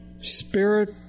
spirit